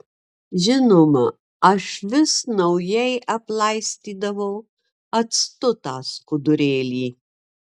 žinoma aš vis naujai aplaistydavau actu tą skudurėlį